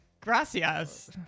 Gracias